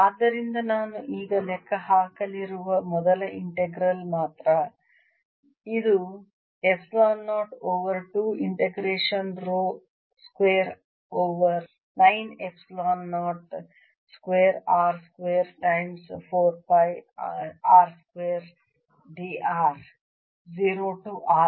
ಆದ್ದರಿಂದ ನಾನು ಈಗ ಲೆಕ್ಕ ಹಾಕಲಿರುವ ಮೊದಲ ಇಂಟಿಗ್ರಲ್ ಮಾತ್ರ ಇದು epsilon 0 over 2 integration rho square over 9 epsilon 0 square r square times 4 pi r square dr 0 to R